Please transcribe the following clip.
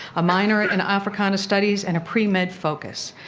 a minor in africana studies and a pre-med focus.